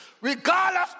regardless